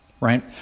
right